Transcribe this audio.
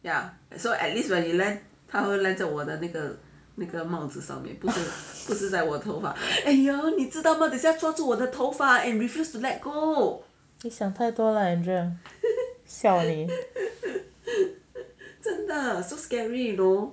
你想太多了 andrea 笑你